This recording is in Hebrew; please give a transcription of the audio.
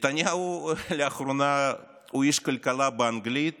לאחרונה נתניהו הוא איש כלכלה באנגלית